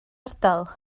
ardal